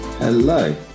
Hello